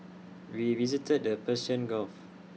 we visited the Persian gulf